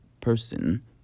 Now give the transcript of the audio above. person